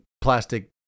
plastic